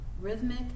rhythmic